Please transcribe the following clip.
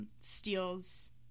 steals